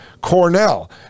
Cornell